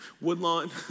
Woodlawn